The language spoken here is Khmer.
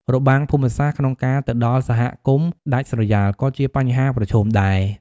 របាំងភូមិសាស្ត្រក្នុងការទៅដល់សហគមន៍ដាច់ស្រយាលក៏ជាបញ្ហាប្រឈមដែរ។